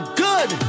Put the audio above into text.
good